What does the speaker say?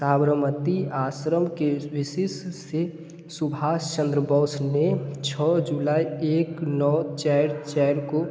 साबरमती आश्रम के विषय से सुभाष चंद्र बोस ने छः जुलाई एक नौ चार चार को